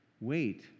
Wait